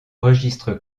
registre